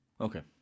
okay